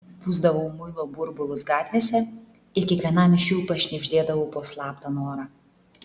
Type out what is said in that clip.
pūsdavau muilo burbulus gatvėse ir kiekvienam iš jų pašnibždėdavau po slaptą norą